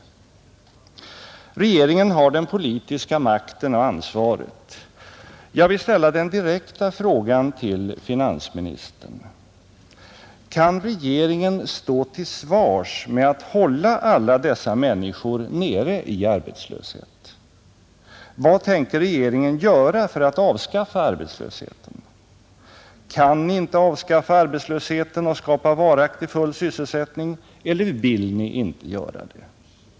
Regeringen har den politiska makten och ansvaret. Jag vill ställa den direkta frågan till finansministern: Kan regeringen stå till svars med att hålla alla dessa människor nere i arbetslöshet? Vad tänker regeringen göra för att avskaffa arbetslösheten? Kan ni inte avskaffa arbetslösheten och skapa varaktig full sysselsättning, eller vill ni inte göra det?